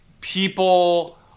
people